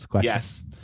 Yes